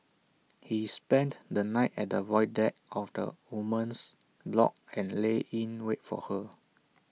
he spent the night at the void deck of the woman's block and lay in wait for her